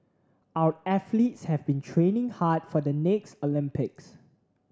our athletes have been training hard for the next Olympics